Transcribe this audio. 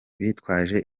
bitwaje